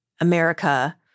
America